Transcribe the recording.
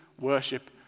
worship